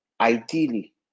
ideally